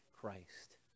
Christ